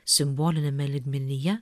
simboliniame lygmenyje